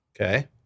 Okay